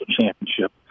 championship